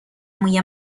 موی